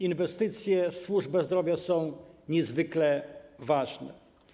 Inwestycje w służbę zdrowia są niezwykle ważne.